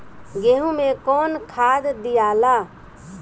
गेहूं मे कौन खाद दियाला?